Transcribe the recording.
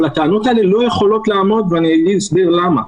אבל הטענות האלה לא יכולות לעמוד ואני אסביר למה.